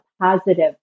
positive